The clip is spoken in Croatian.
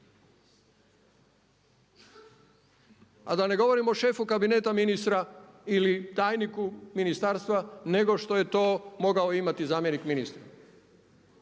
A da ne govorimo o šefu kabineta ministra ili tajniku ministarstva nego što je to mogao imati zamjenik ministra.